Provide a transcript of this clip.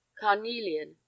carnelian